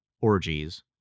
orgies